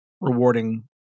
rewarding